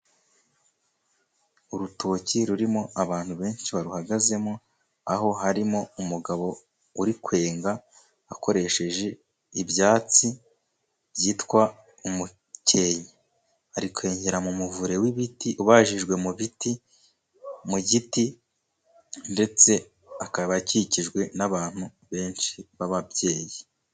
Urutoki rurimo abantu benshi baruhagazemo, aho harimo umugabo uri kwenga akoresheje ibyatsi byitwa umukenke. Ari kwengera mu muvure w'ibiti, ubajijwe mu mu giti, ndetse akaba akikijwe n'abantu benshi b'ababyeyi.